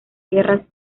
guerras